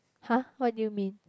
!huh! what do you mean